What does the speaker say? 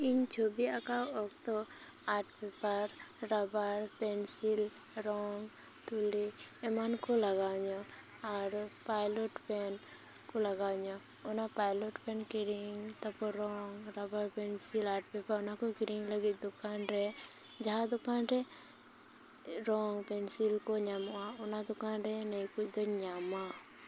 ᱤᱧ ᱪᱷᱚᱵᱤ ᱟᱸᱠᱟᱣ ᱚᱠᱛᱚ ᱟᱨᱴ ᱯᱮᱯᱟᱨ ᱨᱟᱵᱟᱨ ᱯᱮᱱᱥᱤᱞ ᱨᱚᱝ ᱛᱩᱞᱤ ᱮᱢᱟᱱ ᱠᱚ ᱞᱟᱜᱟᱣᱟᱹᱧᱟ ᱟᱨ ᱯᱟᱭᱞᱚᱴ ᱯᱮᱹᱱ ᱠᱚ ᱞᱟᱜᱟᱣᱟᱹᱧᱟ ᱚᱱᱟ ᱯᱟᱭᱞᱚᱴ ᱯᱮᱹᱱ ᱠᱤᱨᱤᱧ ᱛᱟᱯᱚᱨ ᱨᱚᱝ ᱨᱟᱵᱟᱨ ᱯᱮᱱᱥᱤᱞ ᱟᱨᱴ ᱯᱮᱯᱟᱨ ᱚᱱᱟᱠᱚ ᱠᱤᱨᱤᱧ ᱞᱟᱹᱜᱤᱫ ᱫᱚᱠᱟᱱ ᱨᱮ ᱡᱟᱦᱟᱸ ᱫᱚᱠᱟᱱ ᱨᱮ ᱨᱚᱝ ᱯᱮᱱᱥᱤᱞ ᱠᱚ ᱧᱟᱢᱚᱜᱼᱟ ᱚᱱᱟ ᱫᱚᱠᱟᱱ ᱨᱮ ᱱᱤᱭᱟ ᱠᱚᱫᱚᱧ ᱧᱟᱢᱟ